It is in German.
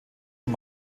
und